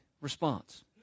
response